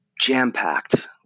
jam-packed